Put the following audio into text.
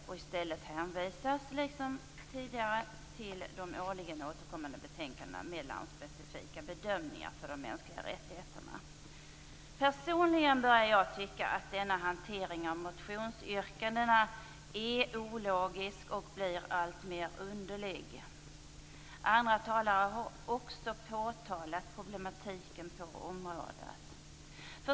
I stället hänvisas, liksom tidigare, till de årligen återkommande betänkandena med landspecifika bedömningar för de mänskliga rättigheterna. Personligen börjar jag tycka att denna hantering av motionsyrkandena är ologisk och blir alltmer underlig. Andra talare har också påtalat problemen på området.